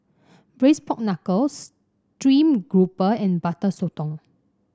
Braised Pork Knuckle stream grouper and Butter Sotong